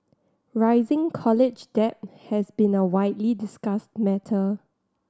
rising college debt has been a widely discussed matter